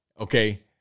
Okay